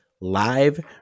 live